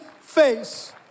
face